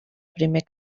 primer